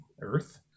earth